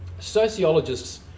sociologists